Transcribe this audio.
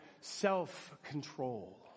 self-control